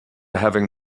having